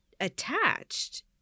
attached